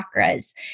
chakras